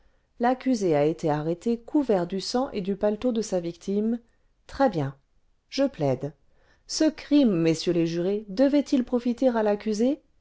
l'accusé a été arrêté couvert du sang et du paletot de sa victime très bien je plaide ce crime messieurs les jurés devait-il profiter à l'accusé